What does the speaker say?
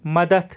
مدد